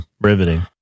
Riveting